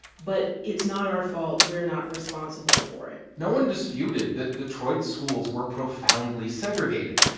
but it's not our fault. we're not responsible for it no one disputed that detroit's schools were profoundly segregated.